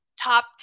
top